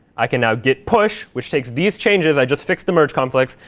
i can now git push, which takes these changes i just fixed the merge conflicts.